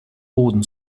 boden